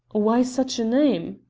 why such a name?